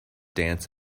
dance